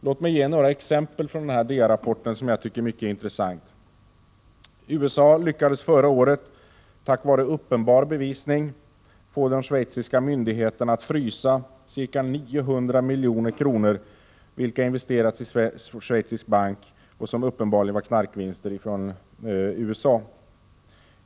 Låt mig ge några exempel från den här DEA-rapporten, som jag tycker är mycket intressant. Från Amerika lyckades man förra året, tack vare uppenbar bevisning, få de schweiziska myndigheterna att frysa ca 900 milj.kr. vilka investerats i schweiziska banker och uppenbarligen var knarkvinster från USA.